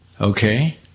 Okay